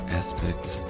aspects